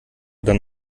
dann